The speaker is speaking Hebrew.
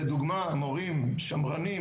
לדוגמה מורים שמרנים,